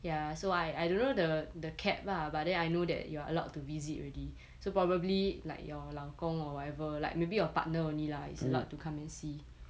ya so I I don't know the the cap lah but then I know that you are allowed to visit already so probably like your 老公 or whatever like maybe your partner only lah is allowed to come and see